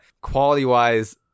quality-wise